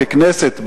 ככנסת,